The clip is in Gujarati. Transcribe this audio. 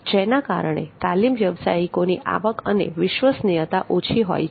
જેના કારણે તાલીમ વ્યવસાયિકોની આવક અને વિશ્વસનીયતા ઓછી હોય છે